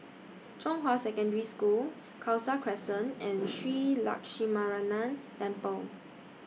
Zhonghua Secondary School Khalsa Crescent and Shree Lakshminarayanan Temple